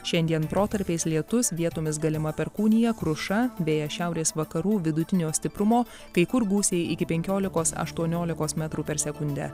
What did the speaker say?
šiandien protarpiais lietus vietomis galima perkūnija kruša vėjas šiaurės vakarų vidutinio stiprumo kai kur gūsiai iki penkiolikos aštuoniolikos metrų per sekundę